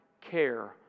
care